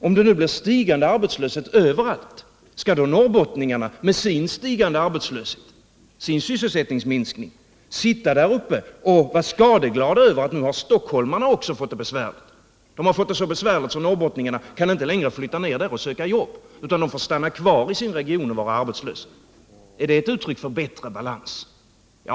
Om det nu blir stigande arbetslöshet överallt, skall då norrbottningarna med sin stigande arbetslöshet och sin sysselsättningsminskning sitta där uppe och vara skadeglada över att stockholmarna nu också har fått det besvärligt? De har fått det så besvärligt att norrbottningarna inte längre kan flytta till Stockholm och söka jobb, utan de får stanna kvar i sin region och vara arbetslösa. Är det ett uttryck för bättre balans?